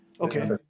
Okay